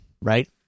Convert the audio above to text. right